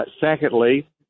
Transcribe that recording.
secondly